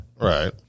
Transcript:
Right